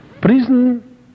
Prison